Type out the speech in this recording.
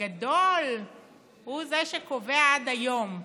הגדול הוא זה שקובע עד היום,